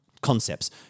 concepts